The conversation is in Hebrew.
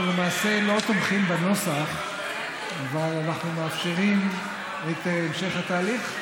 אנחנו למעשה לא תומכים בנוסח אבל אנחנו מאפשרים את המשך התהליך,